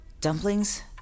Dumplings